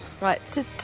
Right